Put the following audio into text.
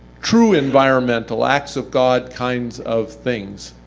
true environmental, acts of god kind of things.